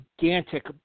gigantic